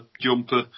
jumper